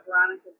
Veronica